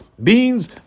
Beans